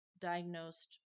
diagnosed